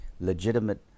legitimate